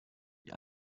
die